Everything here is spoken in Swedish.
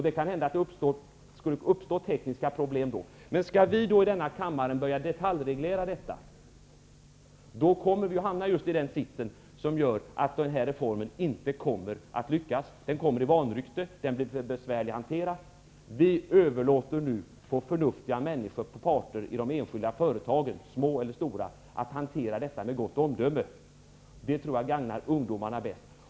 Det kan hända att det då kan uppstå tekniska problem. Men om vi i denna kammare skall börja detaljreglera detta, kommer vi att hamna i en situation som innebär att denna reform inte kommer att lyckas. Den kommer att få vanrykte. Den blir för besvärlig att hantera. Vi överlåter nu till förnuftiga människor och parter i de enskilda företagen, små eller stora, att hantera detta med gott omdöme. Det tror jag gagnar ungdomarna bäst.